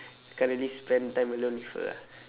can't really spend time alone with her ah